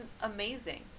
amazing